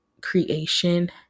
creation